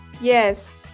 Yes